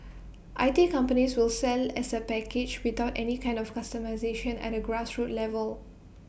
I T companies will sell as A package without any kind of customisation at A grassroots level